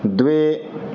द्वे